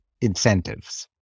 incentives